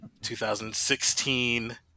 2016